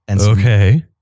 Okay